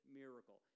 miracle